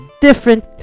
different